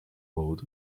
road